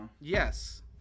yes